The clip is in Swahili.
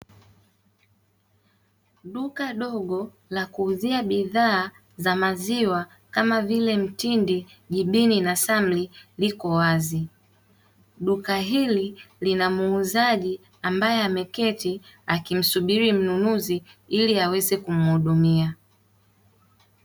Duka dogo la kuuzia bidhaa za maziwa kama vile mtindi, jibini na samli liko wazi. Duka hili lina muuzaji ambaye ameketi akimsubiri mnunuzi ili aweze kumuhudumia.